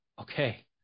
okay